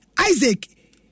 Isaac